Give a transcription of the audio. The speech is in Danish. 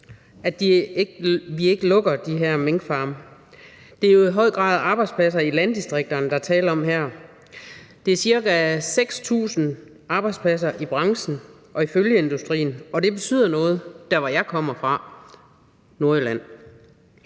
så vi ikke lukker de her minkfarme. Det er i høj grad arbejdspladser i landdistrikterne, der er tale om her. Der er cirka 6.000 arbejdspladser i branchen og i følgeindustrien, og det betyder noget dér, hvor jeg kommer fra: Nordjylland.